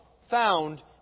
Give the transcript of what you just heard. found